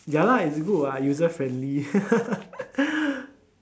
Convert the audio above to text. ya lah it's good what user friendly